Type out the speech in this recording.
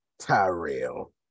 Tyrell